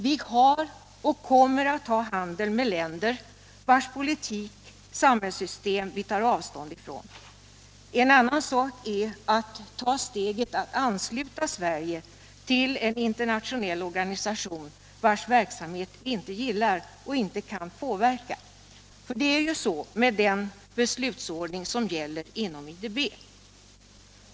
Vi har och kommer att ha handel med länder vilkas politik och samhällssystem vi tar avstånd från. Det är en annan sak att ta steget att ansluta Sverige till en internationell organisation vars verksamhet vi inte gillar och inte kan påverka; en sådan beslutsordning gäller ju inom IDB.